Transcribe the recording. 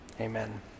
amen